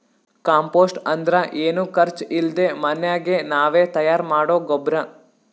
compost ಅಂದ್ರ ಏನು ಖರ್ಚ್ ಇಲ್ದೆ ಮನ್ಯಾಗೆ ನಾವೇ ತಯಾರ್ ಮಾಡೊ ಗೊಬ್ರ